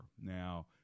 Now